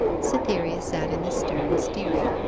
cytherea sat in the stern steering.